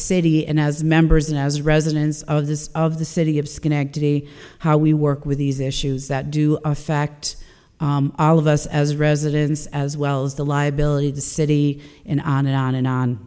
city and as members and as residents of this of the city of schenectady how we work with these issues that do affect all of us as residents as well as the liability of the city and on and on and on